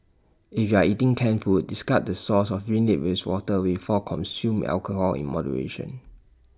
if you are eating canned food discard the sauce or rinse IT with water before consume alcohol in moderation